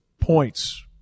points